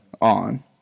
on